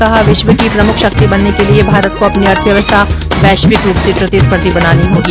कहा विश्व की प्रमुख शक्ति बनने के लिए भारत को अपनी अर्थव्यवस्था वैश्विक रूप से प्रतिस्पर्धी बनानी होगी